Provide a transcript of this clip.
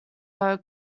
oak